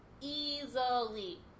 Easily